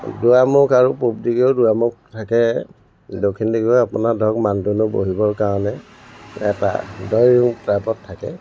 দুৱাৰমুখ আৰু পূবদিশেও দুৱাৰমুখ থাকে দক্ষিণ দিশে আপোনাৰ ধৰক মানুহ দুনুহ বহিবৰ কাৰণে এটা ড্ৰইং ৰুম টাইপত থাকে